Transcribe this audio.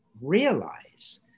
realize